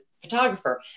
photographer